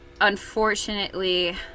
unfortunately